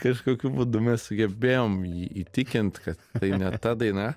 kažkokiu būdu mes sugebėjom jį įtikint kad tai ne ta daina